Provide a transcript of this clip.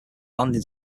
landing